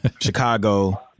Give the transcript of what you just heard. Chicago